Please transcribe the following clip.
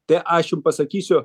tai aš jum pasakysiu